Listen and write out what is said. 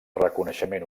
reconeixement